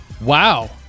Wow